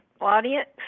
audience